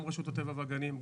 גם רשות הטבע והגנים,